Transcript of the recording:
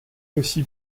aussi